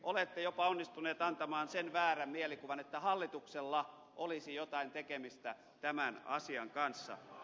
olette jopa onnistuneet antamaan sen väärän mielikuvan että hallituksella olisi jotain tekemistä tämän asian kanssa